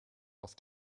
auf